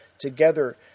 Together